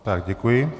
Tak děkuji.